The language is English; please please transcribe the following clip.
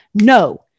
No